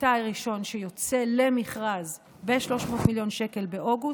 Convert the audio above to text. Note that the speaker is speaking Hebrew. מקטע ראשון שיוצא למכרז ב-300 מיליון שקל באוגוסט.